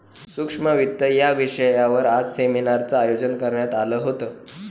सूक्ष्म वित्त या विषयावर आज सेमिनारचं आयोजन करण्यात आलं होतं